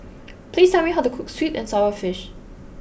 please tell me how to cook Sweet and Sour Fish